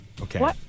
Okay